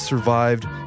survived